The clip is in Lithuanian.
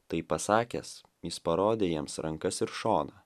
tai pasakęs jis parodė jiems rankas ir šoną